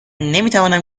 نمیتوانم